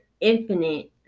infinite